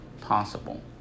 possible